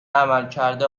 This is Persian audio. عملکرد